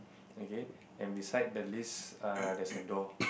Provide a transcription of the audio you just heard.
okay and beside the list err there's a door